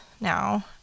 now